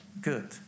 Good